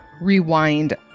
rewind